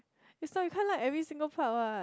it's like you can't like every single part what